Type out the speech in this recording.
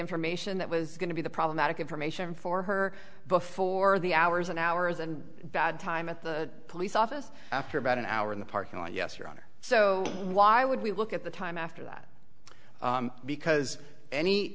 information that was going to be the problematic information for her before the hours and hours and bad time at the police office after about an hour in the parking lot yes your honor so why would we look at the time after that because any